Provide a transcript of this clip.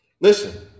Listen